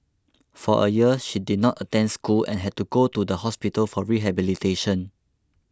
for a year she did not attend school and had to go to the hospital for rehabilitation